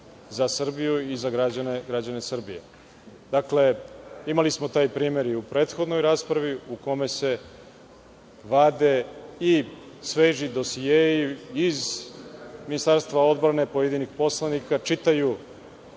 za Srbiju i za građane Srbije. Imali smo taj primer i u prethodnoj raspravi, u kome se vade i sveži dosijei iz Ministarstva odbrane pojedinih poslanika, čitaju